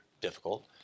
difficult